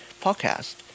podcast